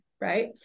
right